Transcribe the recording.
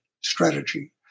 strategy